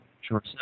Sure